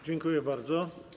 Dziękuję bardzo.